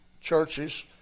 churches